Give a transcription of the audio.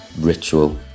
ritual